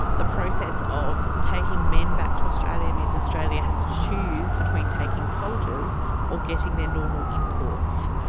the process of taking men back to australia means australia has to choose between taking soldiers or getting their normal imports.